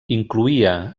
incloïa